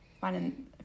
finding